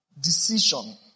decision